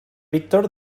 víctor